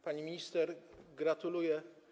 Pani minister, gratuluję.